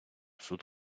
суд